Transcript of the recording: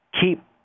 keep